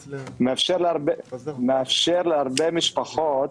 מאפשר להרבה משפחות